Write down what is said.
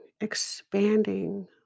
expanding